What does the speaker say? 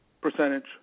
percentage